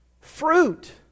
fruit